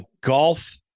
golf